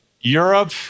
Europe